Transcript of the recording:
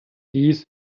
dies